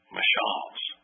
Mashal's